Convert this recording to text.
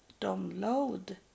download